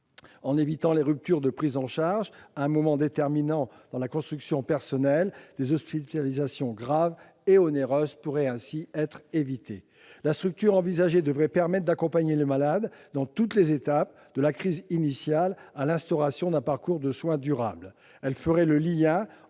En évitant les ruptures de prise en charge à un moment déterminant dans la construction personnelle, des hospitalisations graves et onéreuses pourraient ainsi être évitées. La structure envisagée devrait permettre d'accompagner le malade dans toutes les étapes, de la crise initiale à l'instauration d'un parcours de soin durable. Elle ferait le lien